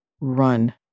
run